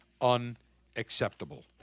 unacceptable